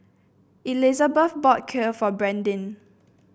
Elisabeth bought Kheer for Brandyn